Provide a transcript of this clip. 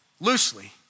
loosely